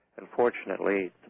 Unfortunately